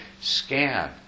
scan